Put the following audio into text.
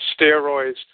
steroids